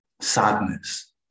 sadness